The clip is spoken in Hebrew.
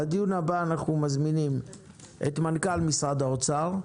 בדיון הבא אנחנו מזמינים את מנכ"ל משרד האוצר,